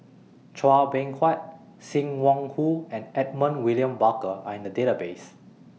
Chua Beng Huat SIM Wong Hoo and Edmund William Barker Are in The Database